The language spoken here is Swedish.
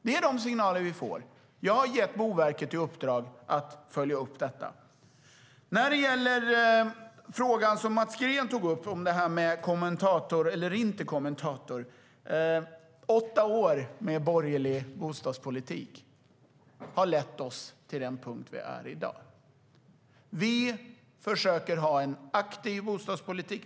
Det är de signaler vi får. När det gäller frågan som Mats Green tog upp, om jag som statsråd uppträder som en kommentator eller inte, är det så att åtta år med borgerlig bostadspolitik har lett oss till den punkt där vi är i dag. Vi försöker ha en aktiv bostadspolitik.